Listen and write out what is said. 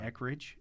Eckridge